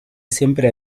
siempre